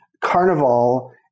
Carnival